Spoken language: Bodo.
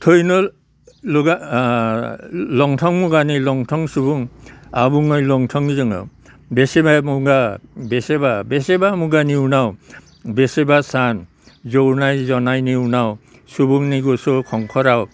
थैनो लंथं मुगानि लंथं सुबुं आबुङै लंथं जोङो बेसेबा मुगा बेसेबा मुगानि उनाव बेसेबा सान जौनाय जनायनि उनाव सुबुंनि गोसो खंखराव